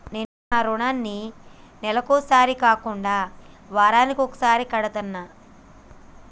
నేను నా రుణాన్ని నెలకొకసారి కాకుండా వారానికోసారి కడ్తన్నా